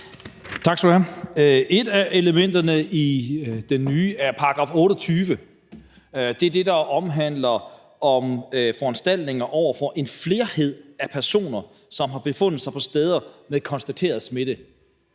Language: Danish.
Tak skal du have. Et af elementerne i den nye § 28 er det, der omhandler foranstaltninger over for en flerhed af personer, som har befundet sig på steder med konstateret smitte.